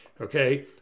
Okay